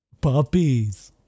puppies